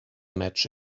match